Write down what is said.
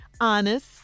honest